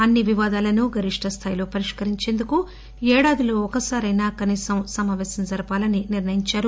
అన్ని వివాదాలను గరిష్ట స్థాయిలో పరిష్కరించేందుకు ఏడాదిలో ఒకసారైనా కనీసం సమాపేశం జరపాలని నిర్ణయించారు